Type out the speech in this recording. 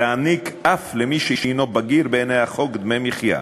להעניק אף למי שהִנו בגיר בעיני החוק דמי מחיה,